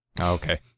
Okay